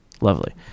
Lovely